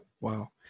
Wow